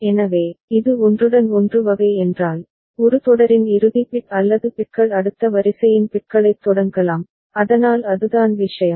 எனவே இது ஒன்றுடன் ஒன்று வகை என்றால் ஒரு தொடரின் இறுதி பிட் அல்லது பிட்கள் அடுத்த வரிசையின் பிட்களைத் தொடங்கலாம் அதனால் அதுதான் விஷயம்